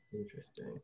Interesting